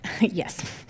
Yes